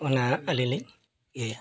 ᱚᱱᱟ ᱟᱹᱞᱤᱧ ᱞᱤᱧ ᱤᱭᱟᱹᱭᱟ